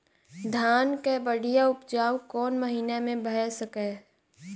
धान केँ बढ़िया उपजाउ कोण महीना मे भऽ सकैय?